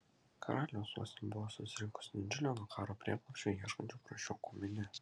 karaliaus uoste buvo susirinkusi didžiulė nuo karo prieglobsčio ieškančių prasčiokų minia